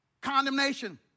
condemnation